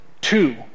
two